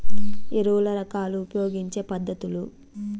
ఎరువుల రకాలు ఉపయోగించే పద్ధతులు?